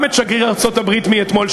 גם את שגריר ארצות-הברית מאתמול,